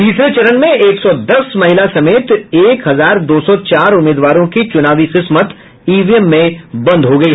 तीसरे चरण में एक सौ दस महिला समेत एक हजार दो सौ चार उम्मीदवारों की चुनावी किस्मत ईवीएम में बंद हो गयी